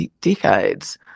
decades